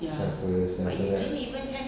try first and after that